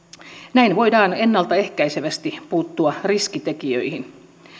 näin voidaan ennalta ehkäisevästi puuttua riskitekijöihin